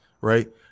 right